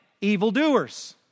evildoers